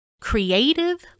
creative